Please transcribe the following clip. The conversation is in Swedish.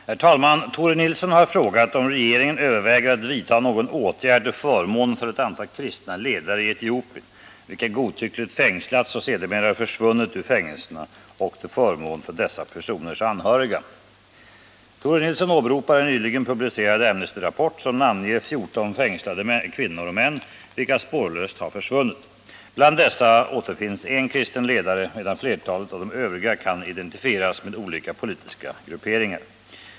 Herr talman! Tore Nilsson har frågat om regeringen överväger att vidtaga någon åtgärd till förmån för ett antal kristna ledare i Etiopien. vilka godtyckligt fängslats och sedermera försvunnit ur fängelserna. och till förmån för dessa personers anhöriga. Tore Nilsson åberopar en nyligen publicerad Amnestyrapport. som namnger 14 fängslade kvinnor och män vilka spårlöst har försvunnit. Bland dessa återfinns en kristen ledare, medan flertalet av de övriga kan identifieras med olika politiska grupperingar.